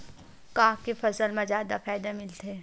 का के फसल मा जादा फ़ायदा मिलथे?